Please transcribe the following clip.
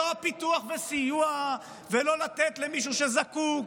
לא פיתוח וסיוע, ולא לתת למישהו שזקוק.